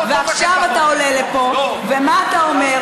ועכשיו אתה עולה לפה, ומה אתה אומר?